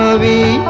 ah the